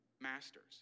masters